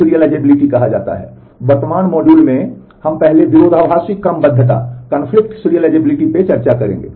schedule पर चर्चा करेंगे